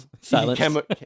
Silence